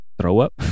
Throw-up